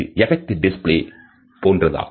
இது effect display போன்றது